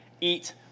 eat